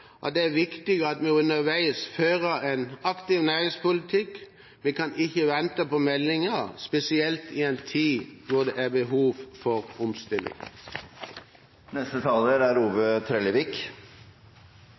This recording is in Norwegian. at det er viktig at vi underveis fører en aktiv næringspolitikk. Vi kan ikke vente på meldingen, spesielt ikke i en tid hvor det er behov for omstilling.